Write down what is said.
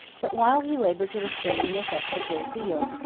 but while he labored to restrain the effects of their zeal,